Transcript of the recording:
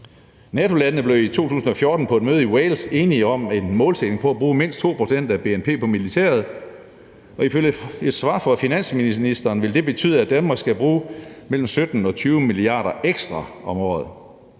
NATO-landene blev i 2014 på et møde i Wales enige om en målsætning for at bruge mindst 2 pct. af bnp på militæret, og ifølge et svar fra finansministeren vil det betyde, at Danmark skal bruge mellem 17 og 20 mia. kr. ekstra om året.